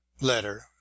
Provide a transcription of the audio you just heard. letter